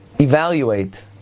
evaluate